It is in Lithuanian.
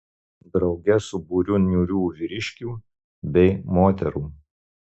drauge su būriu niūrių vyriškių bei moterų